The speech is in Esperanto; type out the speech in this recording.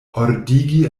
ordigi